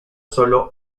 solo